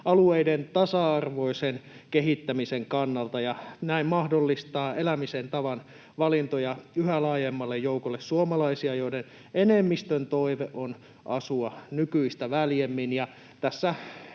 alueiden tasa-arvoisen kehittämisen kannalta, ja näin se mahdollistaa elämisen tavan valintoja yhä laajemmalle joukolle suomalaisia, joiden enemmistön toive on asua nykyistä väljemmin.